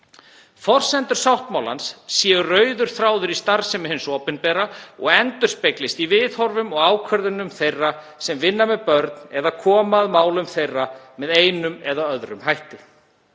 Forsendur sáttmálans eru rauður þráður í starfsemi hins opinbera og endurspeglast í viðhorfum og ákvörðunum þeirra sem vinna með börn eða koma að málum þeirra með einum eða öðrum hætti.